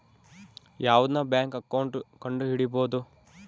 ಯಾವ್ದನ bank account ಕಂಡುಹಿಡಿಬೋದು